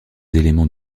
éléments